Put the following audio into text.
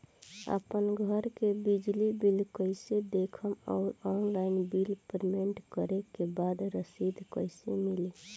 आपन घर के बिजली बिल कईसे देखम् और ऑनलाइन बिल पेमेंट करे के बाद रसीद कईसे मिली?